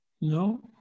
no